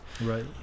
Right